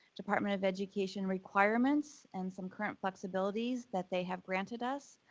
department of education requirements and some current flexibilities that they have granted us.